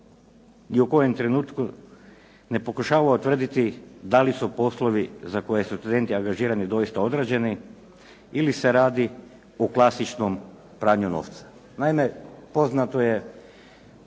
ni u kojem trenutku ne pokušava utvrditi da li su poslovi za koje su studenti angažirani doista odrađeni ili se radi o klasičnom pranju novca. Naime poznato je